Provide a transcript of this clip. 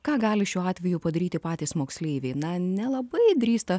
ką gali šiuo atveju padaryti patys moksleiviai na nelabai drįsta